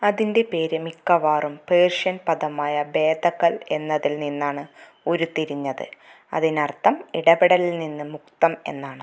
അതിൻ്റെ പേര് മിക്കവാറും പേർഷ്യൻ പദമായ ബേദഖൽ എന്നതിൽ നിന്നാണ് ഉരുത്തിരിഞ്ഞത് അതിനർത്ഥം ഇടപെടലിൽ നിന്ന് മുക്തം എന്നാണ്